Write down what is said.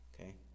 okay